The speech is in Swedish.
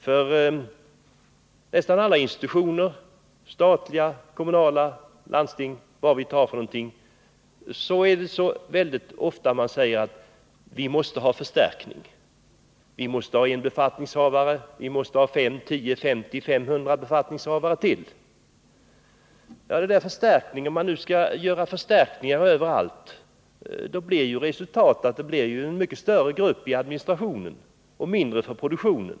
Inom nästan alla institutioner — statliga, kommunala, inom landstingen och vad vi än tar — säger man väldigt ofta: Vi måste ha förstärkning, vi måste ha ytterligare en befattningshavare eller vi måste ha ytterligare 5, 10, 50 och 500 befattningshavare. Men skall man göra förstärkningar överallt, då blir ju resultatet att vi får mycket större grupper i administrationen och färre människor i produktionen.